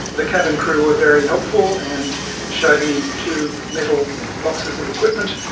the cabin crew were very helpful and showed me two metal boxes of equipment.